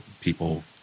people